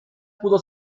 pudo